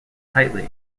tightly